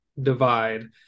divide